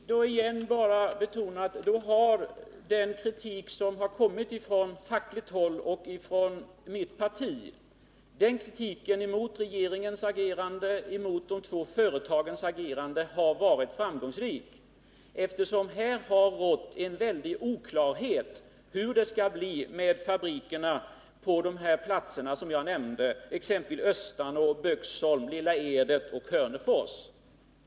Herr talman! Jag vill åter betona att den kritik som har framförts från fackligt håll och från mitt parti mot regeringens handlande med anledning av de två företagens agerande har varit framgångsrik. Det har rått en stor oklarhet om hur det skall bli med fabrikerna på de platser som jag nämnde, exempelvis Östanå, Böksholm, Lilla Edet och Hörnefors.